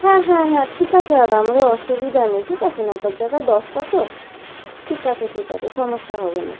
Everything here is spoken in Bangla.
হ্যাঁ হ্যাঁ হ্যাঁ ঠিক আছে দাদা আমাদের অসুবিধা নেই ঠিক আছে নটার জায়গায় দশটা তো ঠিক আছে ঠিক আছে সমস্যা হবে না